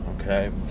Okay